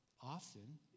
often